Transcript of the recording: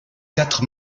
quatre